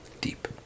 Deep